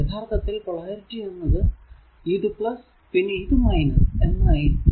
യഥാർത്ഥത്തിൽ പൊളാരിറ്റി എന്നത് ഇത് പിന്നെ ഇത് എന്നായിരിക്കും